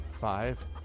five